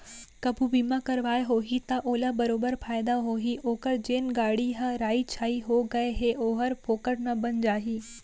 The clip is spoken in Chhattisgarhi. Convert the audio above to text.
कभू बीमा करवाए होही त ओला बरोबर फायदा होही ओकर जेन गाड़ी ह राइ छाई हो गए हे ओहर फोकट म बन जाही